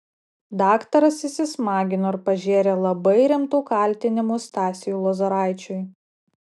daktaras įsismagino ir pažėrė labai rimtų kaltinimų stasiui lozoraičiui